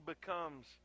becomes